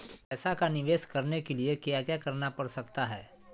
पैसा का निवेस करने के लिए क्या क्या करना पड़ सकता है?